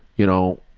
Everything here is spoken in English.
you know,